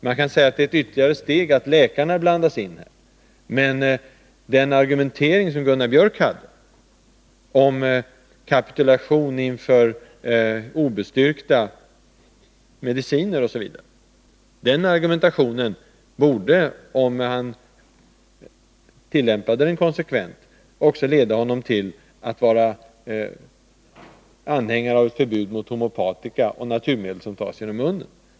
Man kan hävda, att det är ytterligare ett steg om läkarna blandas in. Men den argumentering som Gunnar Biörck förde — om kapitulation inför obestyrkta mediciner osv. — borde, om han tillämpade den konsekvent, också leda honom till att vara anhängare av förbud mot homeopatika och naturmedel som tas genom munnen.